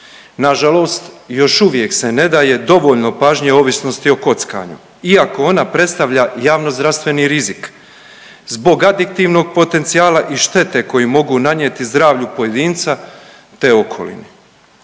Na žalost, još uvijek se ne daje dovoljno pažnje ovisnosti o kockanju iako ona predstavlja javno-zdravstveni rizik zbog adiktivnog potencijala i štete koju mogu nanijeti zdravlju pojedinca, te okolini.